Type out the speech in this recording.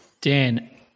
Dan